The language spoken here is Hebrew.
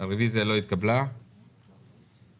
הצבעה הרביזיה לא נתקבלה הרביזיה לא נתקבלה.